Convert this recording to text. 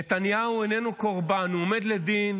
נתניהו איננו קורבן, הוא עומד לדין